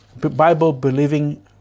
Bible-believing